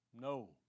No